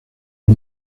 los